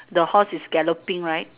the horse is galloping right